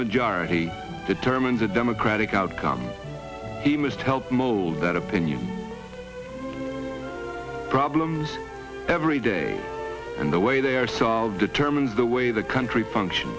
majority determines the democratic outcome he must help mold that opinion problem every day and the way they are so determined the way the country function